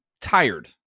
tired